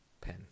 pen